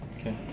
okay